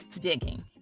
digging